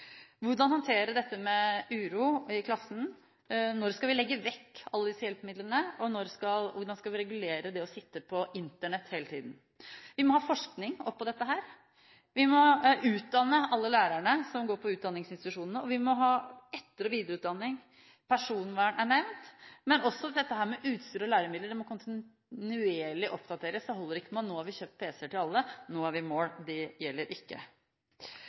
hvordan håndtere dette med uro i klassen, når skal vi legge vekk alle disse hjelpemidlene, og hvordan skal vi regulere det å være på Internett hele tiden. Vi må ha forskning på dette, vi må utdanne alle lærerstudentene som går på utdanningsinstitusjonene, og vi må ha etter- og videreutdanning. Personvern er nevnt. Utstyr og læremidler må oppdateres kontinuerlig, det holder ikke at når vi har kjøpt pc-er til alle, er vi i mål. Det gjelder ikke.